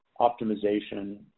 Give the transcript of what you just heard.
optimization